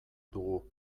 dugu